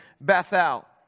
Bethel